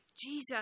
Jesus